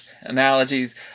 analogies